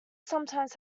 sometimes